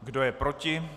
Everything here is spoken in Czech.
Kdo je proti?